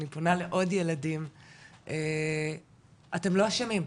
אני פונה לעוד ילדים אתם לא אשמים,